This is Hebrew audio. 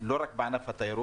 לא רק בענף התיירות.